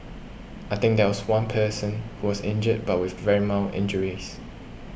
I think there was one person who was injured but with very mild injuries